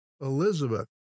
elizabeth